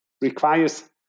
requires